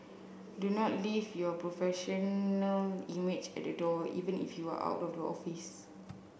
do not leave your professional image at the door even if you are out of the office